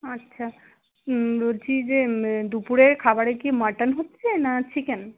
আচ্ছা বলছি যে দুপুরের খাবারে কি মাটন হচ্ছে না চিকেন